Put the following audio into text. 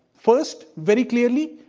first, very clearly,